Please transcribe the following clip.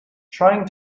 trying